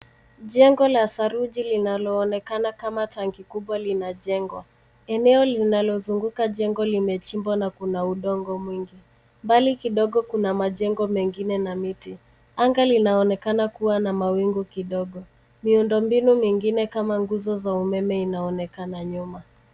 Jengo la saruji linaloonekana kama tangi kubwa linajengwa. Eneo linalozunguka jengo limechimbwa na kuna udongo mwingi. Mbali kidogo kuna majengo mengine na miti. Anga linaonekana kuwa na mawingu kidogo. Miundombinu mingine kama nguzo za umeme inaonekana nyuma.